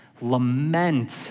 Lament